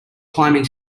climbing